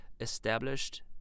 established